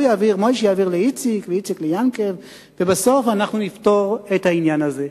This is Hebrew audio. משה יעביר לאיציק ואיציק ליענק'ל ובסוף אנחנו נפתור את העניין הזה.